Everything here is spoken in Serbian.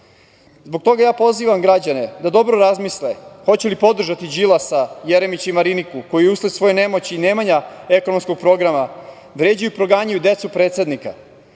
toga ja pozivam građane da dobro razmisle, da li će podržati Đilasa, Jeremića i Mariniku, koji usled svoje nemoći i ne manja ekonomskog programa vređaju i proganjaju decu predsednika,